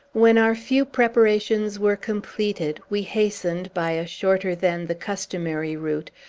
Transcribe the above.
when our few preparations were completed, we hastened, by a shorter than the customary route,